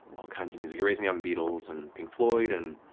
all kinds of music, he raised me on beatles and pink floyd and